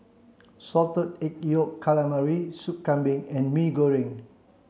salted egg yolk calamari soup Kambing and Mee Goreng